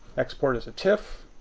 export as a tiff.